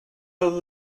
oedd